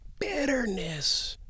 bitterness